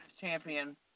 champion